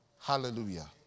Hallelujah